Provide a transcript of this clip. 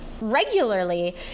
regularly